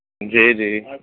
جی جی